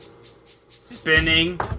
Spinning